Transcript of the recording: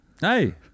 Hey